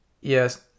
Yes